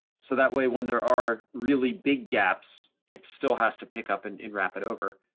so that way, when there are really big gaps, it still has to pick up and and wrap it over,